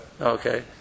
okay